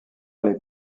les